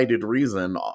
reason